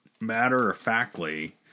matter-of-factly